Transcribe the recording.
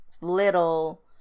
little